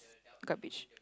garbage